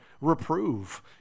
reprove